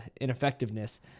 ineffectiveness